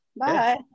Bye